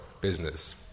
business